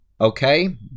okay